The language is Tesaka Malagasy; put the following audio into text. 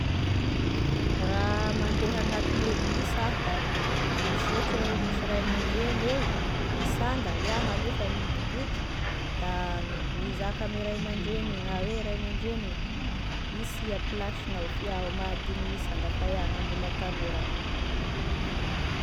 Raha mandeha agnatine bisy ah da misy ohatry hoe misy ray amn-dreny io misanga iaho nefa midoboky da mizaka ame ray aman-dreny iny ah hoe ray aman-dreny isia plasinao fa iaho mahadigny misanga fa iaho mbola tagnora.